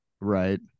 Right